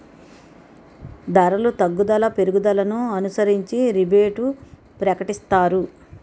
ధరలు తగ్గుదల పెరుగుదలను అనుసరించి రిబేటు ప్రకటిస్తారు